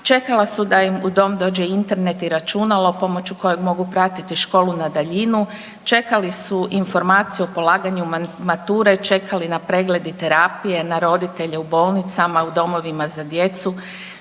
čekala su da im u dom dođe Internet i računalo pomoću kojeg mogu pratiti školu na daljinu, čekali smo informaciju o polaganju mature, čekali na pregled i terapije, na roditelje u bolnicama, u domovima za djecu,